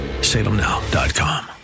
salemnow.com